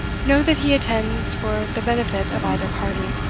know that he attends for the benefit of either party.